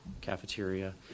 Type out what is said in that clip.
cafeteria